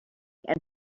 and